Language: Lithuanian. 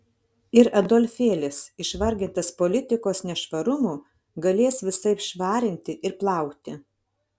ir adolfėlis išvargintas politikos nešvarumų galės visaip švarinti ir plauti